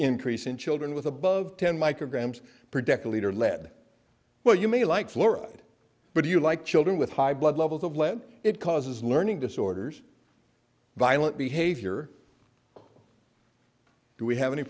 increase in children with above ten micrograms predicted leader led well you may like fluoride but you like children with high blood levels of lead it causes learning disorders violent behavior do we have any